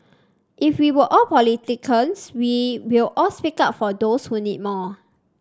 if we were all politicians we will all speak up for those who need more